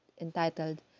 entitled